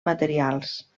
materials